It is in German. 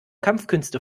kampfkünste